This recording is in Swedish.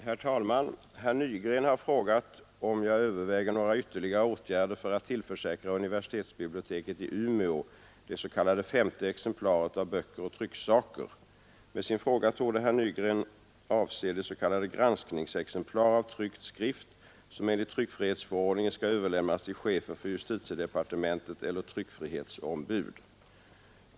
Herr talman! Herr Nygren har frågat om jag överväger några ytterligare åtgärder för att tillförsäkra universitetsbiblioteket i Umeå det s.k. femte exemplaret av böcker och trycksaker. Med sin fråga torde herr Nygren avse det s.k. granskningsexemplar av tryckt skrift som enligt tryckfrihetsförordningen skall överlämnas till chefen för justitiedepartementet eller tryckfrihetsombud.